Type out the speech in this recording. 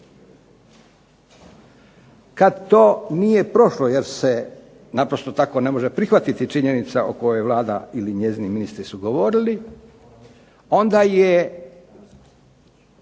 Kad to nije prošlo jer se naprosto tako ne može prihvatiti činjenica o kojoj Vlada ili njezini ministri su govorili onda je